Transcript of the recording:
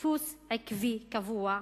דפוס עקבי קבוע?